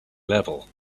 level